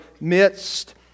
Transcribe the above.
midst